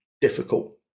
difficult